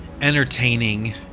entertaining